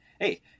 hey